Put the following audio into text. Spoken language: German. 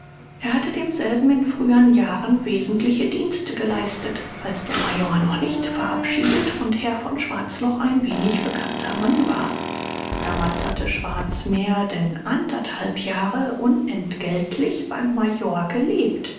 er hatte demselben in frühern jahren wesentliche dienste geleistet als der major noch nicht verabschiedet und herr von schwarz noch ein wenig bekannter mann war damals hatte schwarz mehr denn anderthalb jahre unentgeltlich beim major gelebt